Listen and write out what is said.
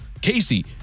Casey